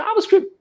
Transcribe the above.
JavaScript